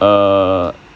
err